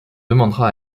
demandera